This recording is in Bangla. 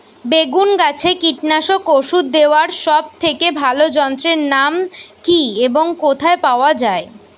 বেগুন গাছে কীটনাশক ওষুধ দেওয়ার সব থেকে ভালো যন্ত্রের নাম কি এবং কোথায় পাওয়া যায়?